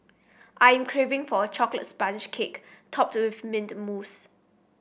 I am craving for a chocolate sponge cake topped with mint mousse